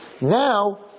now